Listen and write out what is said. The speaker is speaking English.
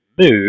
move